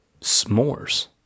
S'mores